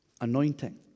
Anointing